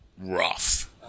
Rough